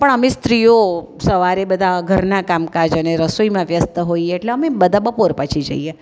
પણ અમે સ્ત્રીઓ સવારે બધા ઘરનાં કામકાજ અને રસોઈમાં વ્યસ્ત હોઈએ એટલે અમે બધા બપોર પછી જઈએ